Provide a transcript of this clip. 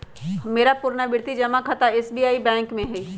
मेरा पुरनावृति जमा खता एस.बी.आई बैंक में हइ